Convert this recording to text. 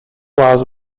was